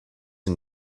and